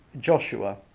Joshua